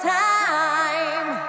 time